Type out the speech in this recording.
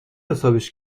حسابش